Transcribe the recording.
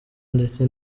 ndetse